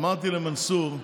אמרתי למנסור,